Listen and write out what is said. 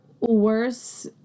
worse